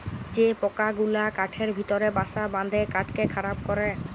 যে পকা গুলা কাঠের ভিতরে বাসা বাঁধে কাঠকে খারাপ ক্যরে